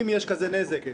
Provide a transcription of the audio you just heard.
אם יש כזה נזק לזה.